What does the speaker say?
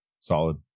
Solid